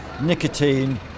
nicotine